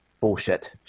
bullshit